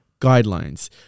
guidelines